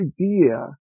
idea